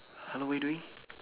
hello what are you doing